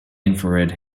infrared